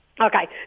Okay